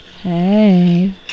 Hey